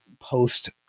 post